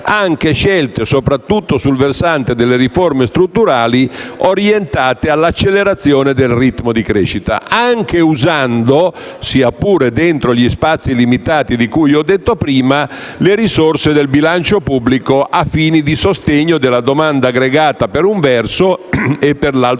le scelte soprattutto sul versante delle riforme strutturali orientate all'accelerazione del ritmo di crescita, anche usando, sia pure dentro gli spazi limitati di cui ho detto prima, le risorse del bilancio pubblico a fini di sostegno della domanda aggregata, per un verso, e di